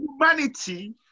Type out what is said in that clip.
Humanity